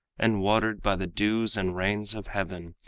and watered by the dews and rains of heaven,